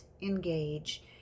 engage